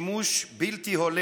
אייכלר, אתה יכול לבקש עמדה נוספת.